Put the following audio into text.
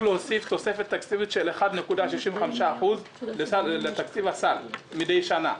להוסיף תוספת תקציבית של 1.65% לתקציב הסל מדי שנה,